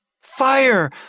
Fire